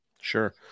Sure